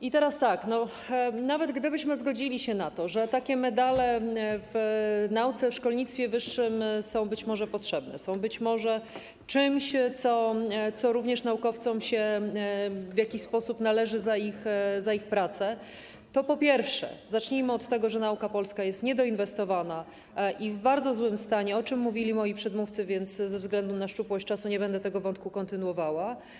I teraz tak, nawet gdybyśmy zgodzili się na to, że takie medale w nauce, w szkolnictwie wyższym są być może potrzebne, są być może czymś, co również naukowcom się w jakiś sposób należy za ich pracę, to, po pierwsze, zacznijmy od tego, że nauka polska jest niedoinwestowana i w bardzo złym stanie, o czym mówili moi przedmówcy, więc ze względu na szczupłość czasu nie będę tego wątku kontynuowała.